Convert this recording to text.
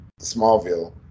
Smallville